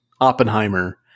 Oppenheimer